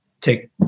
take